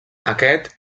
aquest